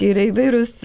yra įvairūs